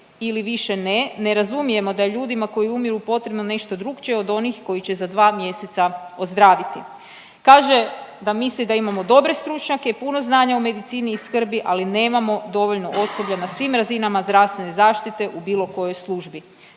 ili više ne ne razumijemo da je ljudima koji umiru potrebno nešto drukčije od onih koji će za dva mjeseca ozdraviti.“ Kaže da misli da imamo dobre stručnjake i puno znanja u medicini i skrbi, ali nemamo dovoljno osoblja na svim razinama zdravstvene zaštite u bilo kojoj službi.